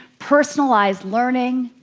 personalized learning,